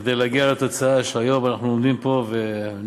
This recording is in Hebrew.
כדי להגיע לתוצאה, שהיום אנחנו עומדים פה נרגשים